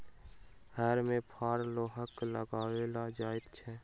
हर मे फार लोहाक लगाओल जाइत छै